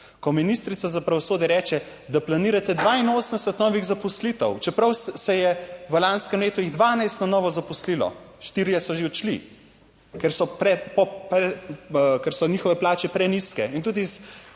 ko ministrica za pravosodje reče, da planirate 82 novih zaposlitev, čeprav se je v lanskem letu jih 12 na novo zaposlilo, štirje so že odšli, ker so, ker so njihove plače prenizke in tudi z